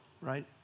Right